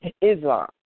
Islam